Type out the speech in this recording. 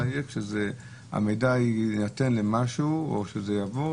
מה יהיה כשהמידע יינתן למשהו או שזה יעבור